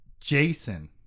Jason